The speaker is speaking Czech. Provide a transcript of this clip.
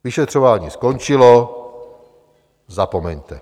Vyšetřování skončilo, zapomeňte.